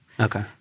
Okay